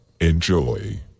Enjoy